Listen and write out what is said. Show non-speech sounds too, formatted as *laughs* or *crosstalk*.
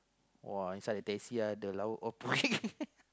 !wah! inside the taxi ah the lauk all *laughs*